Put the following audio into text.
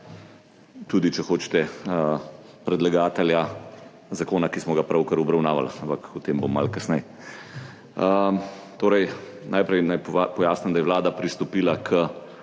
tudi če hočete, predlagatelja zakona, ki smo ga pravkar obravnavali, ampak o tem bom malo kasneje. Najprej naj pojasnim, da je vlada pristopila